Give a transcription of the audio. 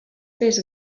fes